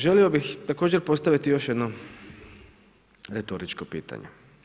Želio bih također postaviti još jedno retoričko pitanje.